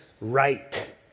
right